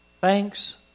thanks